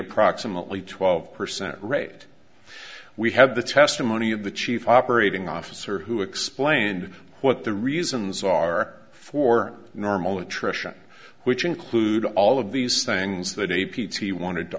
approximately twelve percent rate we have the testimony of the chief operating officer who explained what the reasons are for normal attrition which include all of these things that a p t wanted to